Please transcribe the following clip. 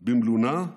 במלונה,